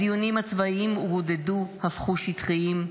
הדיונים הצבאים רודדו והפכו שטחיים,